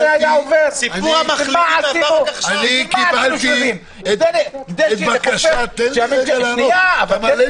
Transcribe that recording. אני קיבלתי את בקשת הממשלה --- רגע,